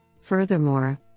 Furthermore